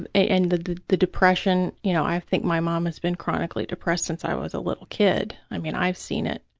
ah and the the depression. you know, i think my mom has been chronically depressed since i was a little kid. i mean, i've seen it